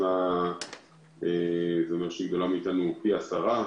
היא גדולה מאיתנו פי עשרה.